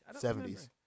70s